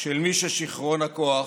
של מי ששיכרון הכוח,